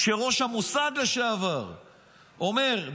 כשראש המוסד לשעבר אומר,